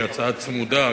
שהיא הצעה צמודה,